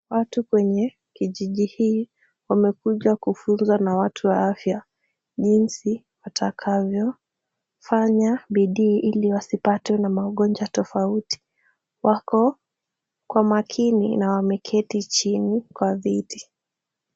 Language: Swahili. Watu kwenye kijiji hii wamekuja kufunzwa na watu wa afya. Jinsi watakavyo, fanya bidii ili wasipate na magonjwa tofauti. Wako kwa makini na wameketi chini kwa viti.